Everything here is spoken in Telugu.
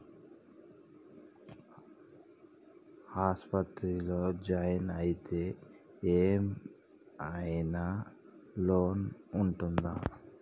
ఆస్పత్రి లో జాయిన్ అయితే ఏం ఐనా లోన్ ఉంటదా?